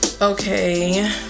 Okay